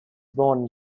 born